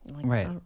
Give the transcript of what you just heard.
Right